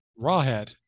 Rawhead